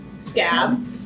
scab